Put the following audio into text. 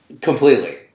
completely